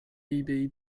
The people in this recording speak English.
lesbian